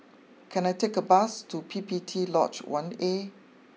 can I take a bus to P P T Lodge one A